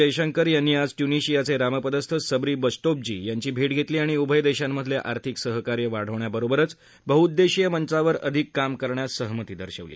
जयशंकर यांनी आज ट्यूनिशियाचे रामपदस्थ सब्री बच्तोबजी यांची भेट घेतली आणि उभय देशांमधेल आर्थिक सहकार्य वाढवण्याबरोबरच बहउद्देशीय मंचावर अधिक काम करण्यास सहमती दर्शवली